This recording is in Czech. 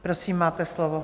Prosím, máte slovo.